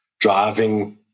driving